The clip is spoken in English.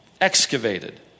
excavated